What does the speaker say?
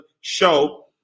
show